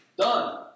done